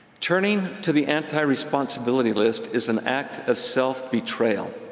turning to the anti-responsibility list is an act of self-betrayal.